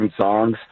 songs